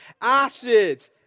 acid